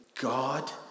God